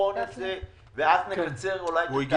לבחון את זה, ואז נקצר אולי תהליך?